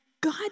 God